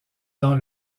dans